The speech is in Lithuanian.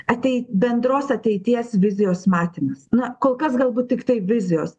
atei bendros ateities vizijos matymas na kol kas galbūt tiktai vizijos